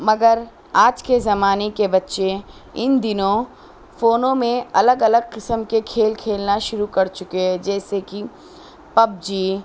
مگر آج کے زمانے کے بّچے ان دنوں فون میں الگ الگ قسم کے کھیل کھیلنا شروع کر چکے ہے جیسے کہ پب جی